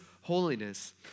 holiness